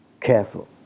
careful